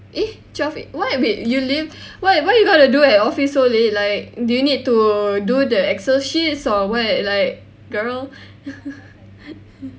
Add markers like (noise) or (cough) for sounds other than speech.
eh twelve A~ what wait you leave why what you got to do at office late like do you need to do the excel sheets or what like girl (laughs)